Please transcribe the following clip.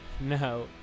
No